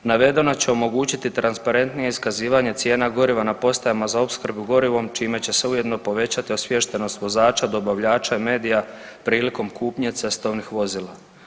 Navedeno će omogućiti transparentnije iskazivanje cijena goriva na postajama za opskrbu gorivom čime će se ujedno povećati osviještenost vozača, dobavljača i medija prilikom kupnje cestovnih vozila.